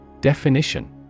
Definition